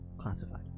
Classified